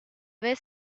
vez